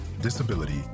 disability